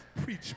Preach